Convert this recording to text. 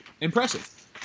impressive